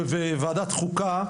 בוועדת חוקה,